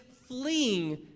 fleeing